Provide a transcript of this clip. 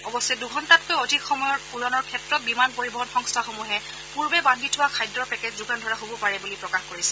অৱশ্যে দুঘণ্টাতকৈ অধিক সময়ৰ উৰণৰ ক্ষেত্ৰত বিমান পৰিবহন সংস্থাসমূহে পূৰ্বে বান্ধি থোৱা খাদ্যৰ পেকেট যোগান ধৰা হ'ব পাৰে বুলি প্ৰকাশ কৰিছে